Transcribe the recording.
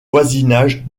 voisinage